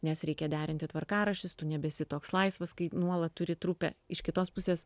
nes reikia derinti tvarkaraščius tu nebesi toks laisvas kai nuolat turi trupę iš kitos pusės